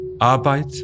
Arbeit